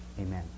Amen